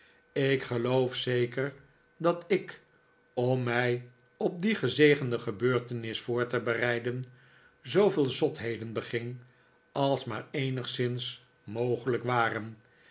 ik geloof zeker dat ik om mij op die gezegende gebeurtenis voor te bereiden zooveel zotheden beging als maar eenigszins mogelijk waren